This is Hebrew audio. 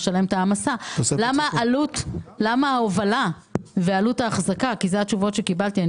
למה ההובלה ועלות האחזקה אלה התשובות שקיבלתי.